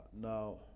now